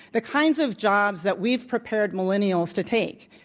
the kinds of jobs that we've prepared millennials to take,